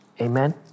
Amen